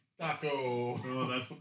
Taco